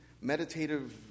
meditative